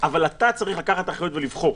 אבל אתה צריך לקחת אחריות ולבחור.